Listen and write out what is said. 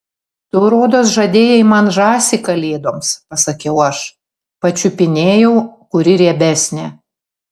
tu rodos žadėjai man žąsį kalėdoms pasakiau aš pačiupinėjau kuri riebesnė